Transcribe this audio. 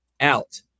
out